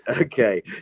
okay